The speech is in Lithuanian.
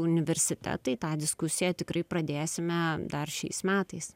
universitetai tą diskusiją tikrai pradėsime dar šiais metais